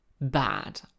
bad